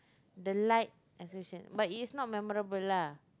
the light exhibition but is not memorable lah